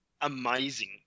amazing